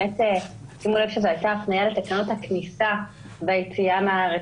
שימו לב שזו הייתה הפניה לתקנות הכניסה והיציאה מהארץ.